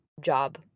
job